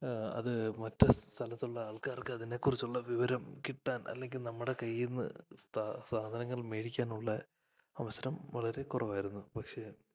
അത് മറ്റു സ്ഥലത്തുള്ള ആൾക്കാർക്കതിനെക്കുറിച്ചുള്ള വിവരം കിട്ടാൻ അല്ലെങ്കിൽ നമ്മുടെ കയ്യില്നിന്ന് സാധനങ്ങൾ മേടിക്കാനുള്ള അവസരം വളരെ കുറവായിരുന്നു പക്ഷെ